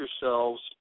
yourselves